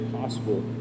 possible